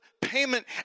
payment